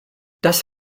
das